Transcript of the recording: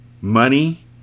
Money